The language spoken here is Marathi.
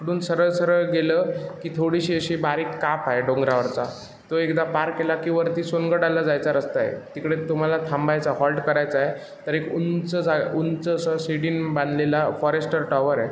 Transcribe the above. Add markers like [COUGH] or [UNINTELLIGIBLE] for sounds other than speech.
तिकडून सरळ सरळ गेलं की थोडीशी अशी बारीक काप आहे डोंगरावरचा तो एकदा पार केला की वरती सोनगडाला जायचा रस्ता आहे तिकडे तुम्हाला थांबायचा हॉल्ट करायचा आहे तरी उंच जा उंच असं [UNINTELLIGIBLE] बांधलेला फॉरेस्टर टॉवर आहे